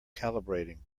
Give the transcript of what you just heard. calibrating